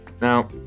Now